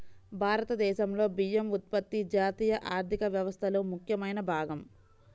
భారతదేశంలో బియ్యం ఉత్పత్తి జాతీయ ఆర్థిక వ్యవస్థలో ముఖ్యమైన భాగం